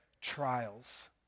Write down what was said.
trials